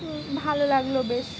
ভালো লাগলো বেশ